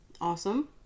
Awesome